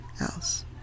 else